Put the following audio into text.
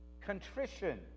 contrition